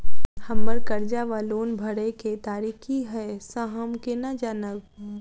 हम्मर कर्जा वा लोन भरय केँ तारीख की हय सँ हम केना जानब?